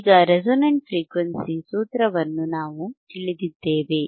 ಈಗ resonant frequency ಸೂತ್ರವನ್ನು ನಾವು ತಿಳಿದಿದ್ದೇವೆ